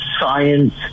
science